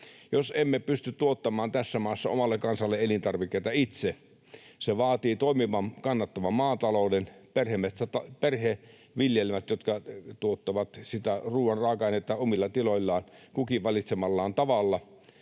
jos emme pysty tuottamaan tässä maassa omalle kansalle elintarvikkeita itse. Se vaatii toimivan, kannattavan maatalouden, perheviljelmät, jotka tuottavat sitä ruuan raaka-ainetta omilla tiloillaan kukin valitsemallaan tavalla.